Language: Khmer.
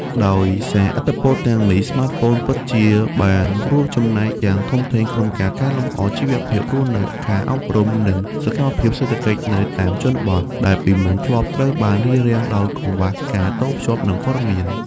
ដោយសារឥទ្ធិពលទាំងនេះ ស្មាតហ្វូនពិតជាបានរួមចំណែកយ៉ាងធំធេងក្នុងការកែលម្អជីវភាពរស់នៅ ការអប់រំ និងសកម្មភាពសេដ្ឋកិច្ចនៅតាមជនបទ ដែលពីមុនធ្លាប់ត្រូវបានរារាំងដោយកង្វះការតភ្ជាប់ និងព័ត៌មាន។